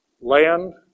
land